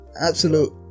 absolute